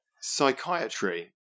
Psychiatry